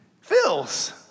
fills